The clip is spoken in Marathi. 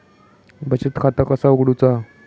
बचत खाता कसा उघडूचा?